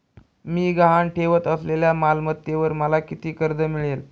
मी गहाण ठेवत असलेल्या मालमत्तेवर मला किती कर्ज मिळेल?